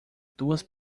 duas